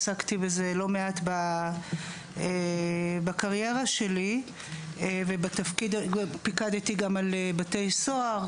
עסקתי בזה לא מעט בקריירה שלי ופיקדתי גם על בתי סוהר,